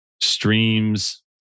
streams